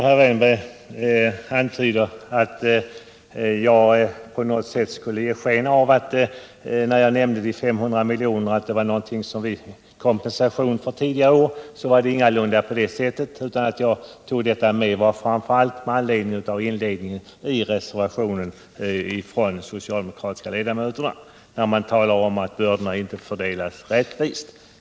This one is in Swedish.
Herr talman! Erik Wärnberg antyder att jag, när jag nämnde de 500 miljonerna, på något sätt ville ge sken av att de var en kompensation för tidigare år. men det är ingalunda så. Att jag sade detta berodde framför allt på inledningen i reservationen från de socialdemokratiska ledamöterna, där man talar om att bördorna inte fördelas rättvist.